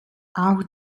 auch